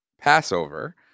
Passover